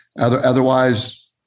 Otherwise